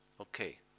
Okay